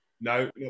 no